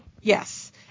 yes